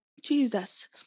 Jesus